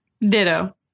Ditto